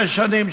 שש שנים.